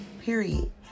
period